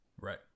right